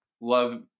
love